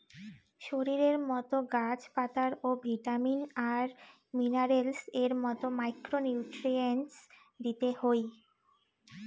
শরীরের মতো গাছ পাতারে ও ভিটামিন আর মিনারেলস এর মতো মাইক্রো নিউট্রিয়েন্টস দিতে হই